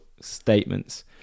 statements